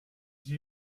j’y